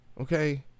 Okay